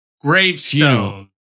gravestone